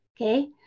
okay